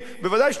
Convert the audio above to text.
ודאי שנוכל